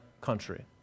country